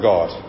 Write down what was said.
God